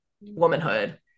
womanhood